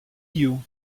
you